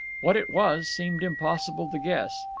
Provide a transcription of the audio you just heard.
what it was, seemed impossible to guess.